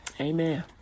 Amen